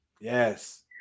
Yes